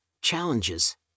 challenges